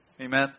Amen